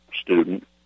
student